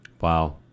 Wow